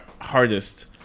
hardest